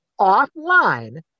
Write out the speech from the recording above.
offline